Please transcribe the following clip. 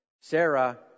Sarah